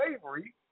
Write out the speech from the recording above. slavery